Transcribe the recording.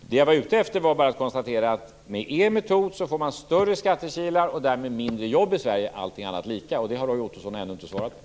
Det jag var ute efter var bara att konstatera att med Miljöpartiets metod får man större skattekilar och därmed färre jobb i Sverige om allting annat är lika. Det har Roy Ottosson ännu inte svarat på.